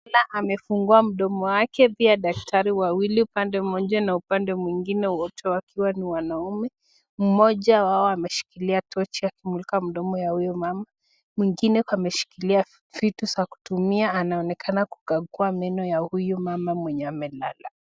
Mama amefungua mdomo wake pia daktari wawili upande moja na upande mwingine wote wakiwa ni wanaume. Mmoja wao ameshikilia tochi akimulika mdomo ya huyo mama, mwingine ameshikilia vitu za kutumia anaonekana kukagua mdomo ya huyu mama mwenye amelala.